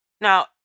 Now